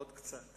עוד קצת